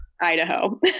Idaho